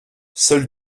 seul